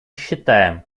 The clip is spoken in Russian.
считаем